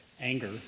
anger